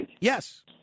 Yes